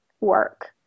work